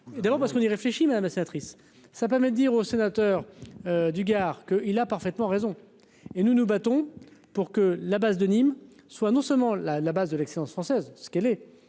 D'abord parce qu'on y réfléchit, madame sénatrice ça peut me dire au sénateur du Gard, qu'il a parfaitement raison et nous nous battons pour que la base de Nîmes-soit non seulement la la base de l'excellence française ce qu'elle est,